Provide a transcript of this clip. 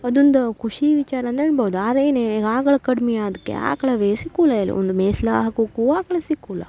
ಅದೊಂದು ಖುಷಿ ವಿಚಾರ ಅಂದು ಹೇಳ್ಬೌದು ಆರೇನೇ ಆಗಳ್ ಕಡ್ಮಿಯಾದಕ್ಕೆ ಆಕಳವೇ ಸಿಕ್ಕುಲ್ಲ ಒಂದು ಮೇಸ್ಲು ಹಾಕುಕ್ಕೂ ಆಕ್ಳ ಸಿಕ್ಕುಲ್ಲ